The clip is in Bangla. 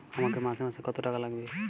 আমাকে মাসে মাসে কত টাকা লাগবে?